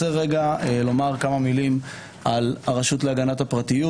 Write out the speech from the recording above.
כמה מילים על הרשות להגנת הפרטיות